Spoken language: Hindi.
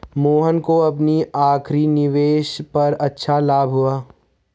मोहन को अपनी आखिरी निवेश पर अच्छा लाभ हुआ